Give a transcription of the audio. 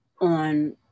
on